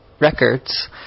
records